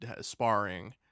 sparring